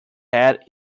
head